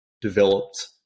developed